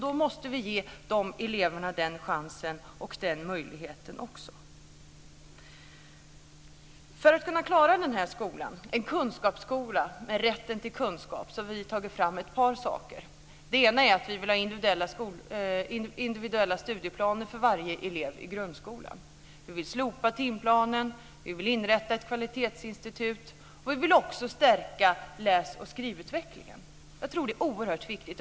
Då måste vi ge eleverna chansen och möjligheten. För att kunna klara en kunskapsskola med rätten till kunskap har vi tagit fram ett par saker. Vi vill ha individuella studieplaner för varje elev i grundskolan. Vi vill slopa timplanen. Vi vill inrätta ett kvalitetsinstitut. Vi vill också stärka läs och skrivutvecklingen. Jag tror att det är oerhört viktigt.